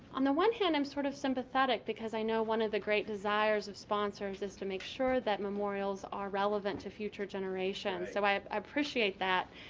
on the one hand, i'm sort of sympathetic because i know one of the great desires of sponsors is to make sure that memorials are relevant to future generations, so i appreciate that.